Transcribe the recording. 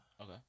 Okay